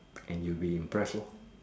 and you'll be impressed lor